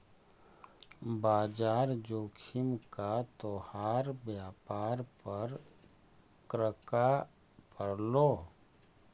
बाजार जोखिम का तोहार व्यापार पर क्रका पड़लो